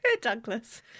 Douglas